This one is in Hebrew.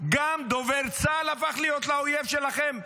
גם דובר צה"ל הפך להיות לאויב שלכם?